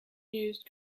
used